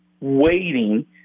waiting